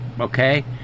okay